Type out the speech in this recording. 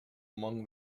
among